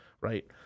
right